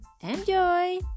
Enjoy